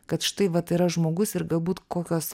kad štai vat yra žmogus ir galbūt kokios